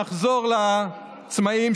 נחזור לעצמאים,